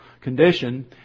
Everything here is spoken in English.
condition